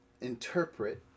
interpret